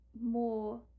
more